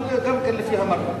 אבל גם כן לפי המראה.